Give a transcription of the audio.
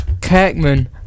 Kirkman